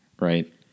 Right